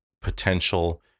potential